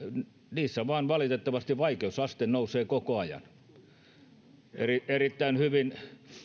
niissä vain valitettavasti vaikeusaste nousee koko ajan erittäin hyvin